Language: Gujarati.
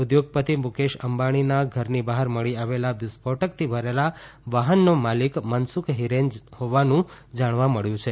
ઉદ્યોગપતિ મુકેશ અંબાણીના ઘરની બહાર મળી આવેલા વિસ્ફોટકથી ભરેલા વાહનનો માલિક મનસુખ હિરેન હોવાનું જાણવા મબ્યુ છે